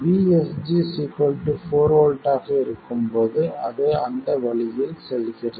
VSG 4 V ஆக இருக்கும்போது அது அந்த வழியில் செல்கிறது